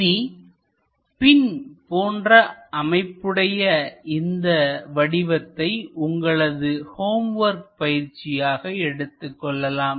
இனி பின் போன்ற அமைப்புடைய இந்த வடிவத்தை உங்களது ஹோம் வொர்க் பயிற்சியாக எடுத்துக்கொள்ளலாம்